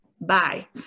bye